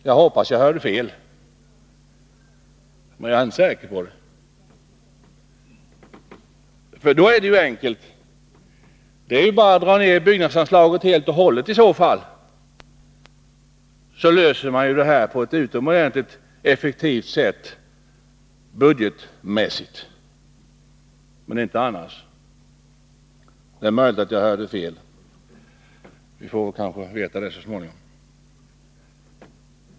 — Med det resonemanget gör man det enkelt för sig. Man kan ju i så fall dra ned bygganslaget helt och hållet. Därmed skulle man ju lösa problemet på ett budgetmässigt utomordentligt effektivt sätt men inte i övrigt. Jag hoppas att jag hörde fel. Om jag gjorde det, får vi kanske veta det så småningom.